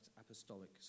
apostolic